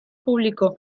publiko